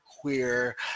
queer